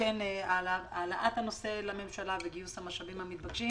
בהעלאת הנושא לממשלה וגיוס המשאבים המתבקשים